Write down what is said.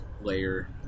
layer